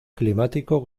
climático